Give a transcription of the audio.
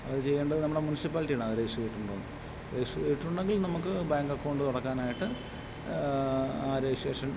അത് ചെയ്യേണ്ടത് നമ്മുടെ മുനിസിപ്പാലിറ്റിയാണ് അത് രജിസ്റ്റർ ചെയ്തിട്ടുണ്ടോന്ന് രജിസ്റ്റർ ചെയ്തിട്ടുണ്ടെങ്കിൽ നമുക്ക് ബാങ്ക് അക്കൗണ്ട് തുടങ്ങാനായിട്ട് രജിസ്ട്രേഷൻ